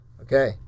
Okay